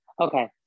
Okay